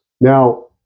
Now